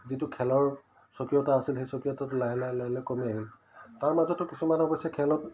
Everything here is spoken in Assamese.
যিটো খেলৰ স্বকীয়তা আছিল সেই স্বকীয়তাটো লাহে লাহে লাহে লাহে কমি আহিল তাৰ মাজতো কিছুমান অৱশ্যে খেলত